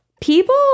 people